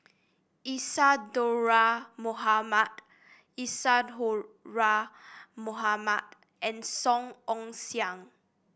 Isadhora Mohamed Isadhora Mohamed and Song Ong Siang